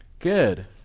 Good